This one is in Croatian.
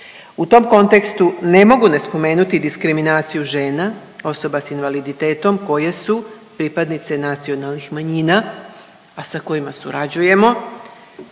U tom kontekstu ne mogu ne spomenuti diskriminaciju žena osoba sa invaliditetom koje su pripadnice nacionalnih manjina, a sa kojima surađujemo